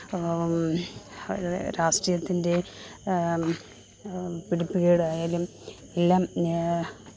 രാഷ്ട്രീയത്തിൻ്റെ പിടിപ്പുകേടായാലും എല്ലാം